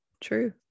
true